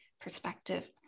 perspective